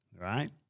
right